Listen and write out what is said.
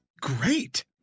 great